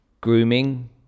Grooming